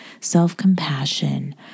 self-compassion